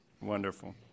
Wonderful